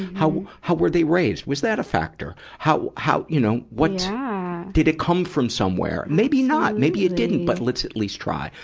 how, how were they raised? was that a factor? how, how, you know, what did it come from somewhere? maybe not, maybe it didn't. but let's at least try.